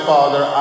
Father